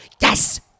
Yes